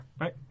Right